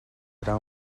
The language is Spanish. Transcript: era